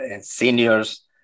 seniors